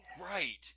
Right